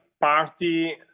party